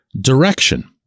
direction